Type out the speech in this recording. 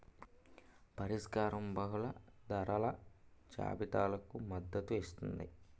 పరిష్కారం బహుళ ధరల జాబితాలకు మద్దతు ఇస్తుందా?